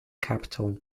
capital